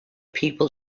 people